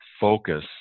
focus